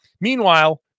Meanwhile